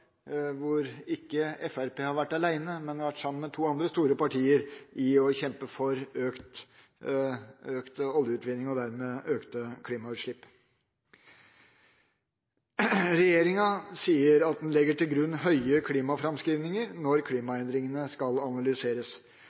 hvor Fremskrittspartiet ikke har vært alene, men sammen med to andre store partier når det gjelder å kjempe for økt oljeutvinning, og dermed økte klimagassutslipp. Regjeringa sier at den legger til grunn høye klimaframskrivninger når klimaendringene skal analyseres.